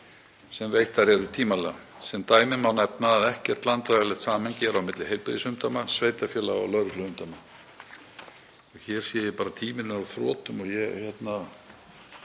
sem veittar eru tímanlega. Sem dæmi má nefna að ekkert landfræðilegt samhengi er á milli heilbrigðisumdæma, sveitarfélaga og lögregluumdæma. Hér sé ég bara að tíminn er á þrotum og ég er